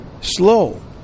slow